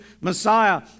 Messiah